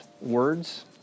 words